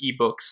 eBooks